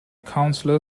counsellor